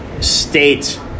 state